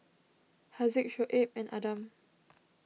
Haziq Shoaib and Adam